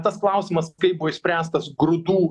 tas klausimas kaip buvo išspręstas grūdų